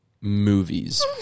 movies